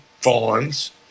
fawns